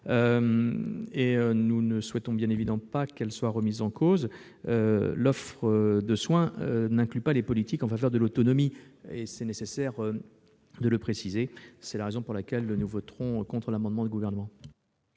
Nous ne souhaitons donc bien évidemment pas qu'elle soit remise en cause. L'offre de soins n'inclut pas les politiques en faveur de l'autonomie. Or il est nécessaire de le préciser. C'est la raison pour laquelle nous voterons contre l'amendement du Gouvernement.